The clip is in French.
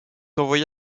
envoyé